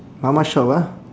mama shop ah